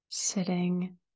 sitting